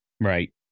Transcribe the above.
Right